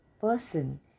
person